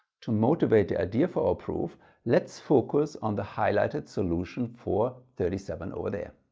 to motivate the idea for our proof let's focus on the highlighted solution for thirty seven over there.